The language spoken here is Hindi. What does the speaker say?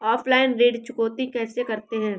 ऑफलाइन ऋण चुकौती कैसे करते हैं?